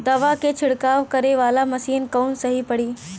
दवा के छिड़काव करे वाला मशीन कवन सही पड़ी?